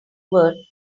word